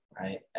right